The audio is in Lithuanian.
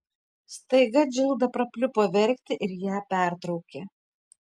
staiga džilda prapliupo verkti ir ją pertraukė